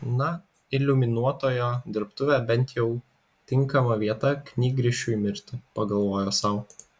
na iliuminuotojo dirbtuvė bent jau tinkama vieta knygrišiui mirti pagalvojo sau